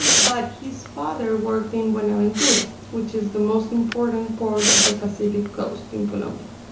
and but his father worked in buenaventura, which is the most important port of the pacific coast in colombia.